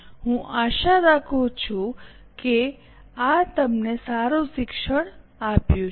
હું આશા રાખું છું કે આ તમને સારું શિક્ષણ આપ્યું છે